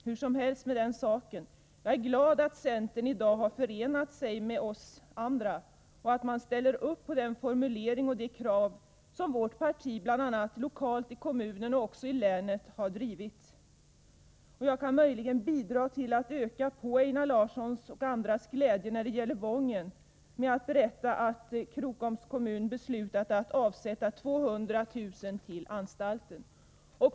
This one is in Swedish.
Hur som helst med den saken, jag är glad att centern i dag har förenat sig med oss andra och att man ställer upp på den formulering och de krav som vårt parti har drivit, bl.a. lokalt i kommunen men även i länet. Jag kan möjligen bidra till att öka på Einar Larssons och andras glädje när det gäller Wången med att berätta att Krokoms kommun beslutat att avsätta 200 000 kr. till anstalten.